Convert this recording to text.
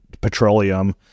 petroleum